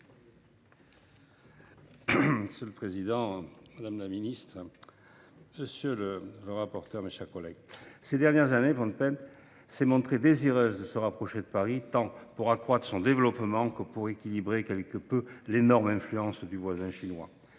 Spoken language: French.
Monsieur le président, madame la secrétaire d’État, mes chers collègues, ces dernières années, Phnom Penh s’est montrée désireuse de se rapprocher de Paris, tant pour accroître son développement que pour équilibrer quelque peu l’énorme influence du voisin chinois.